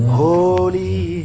holy